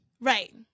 Right